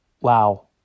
Wow